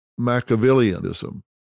Machiavellianism